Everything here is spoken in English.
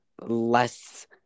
less